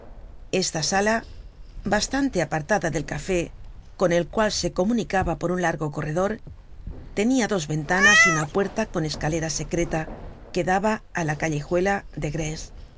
google book search generated at café con el cual se comunicaba por un largo corredor tenia dos ventanas y una puerta con escalera secreta que daba á la callejuela de grés